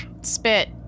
Spit